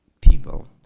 people